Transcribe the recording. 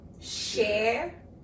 share